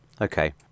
okay